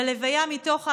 בלוויה, מתוך האמבולנס,